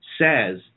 says